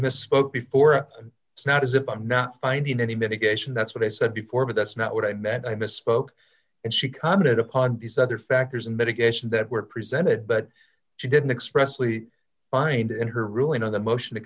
misspoke before it's not as if i'm not finding any mitigation that's what i said before but that's not what i meant i misspoke and she commented upon these other factors in mitigation that were presented but she didn't express lee find in her ruling on the motion to